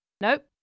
Nope